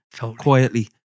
quietly